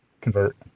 convert